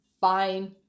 Fine